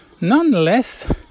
nonetheless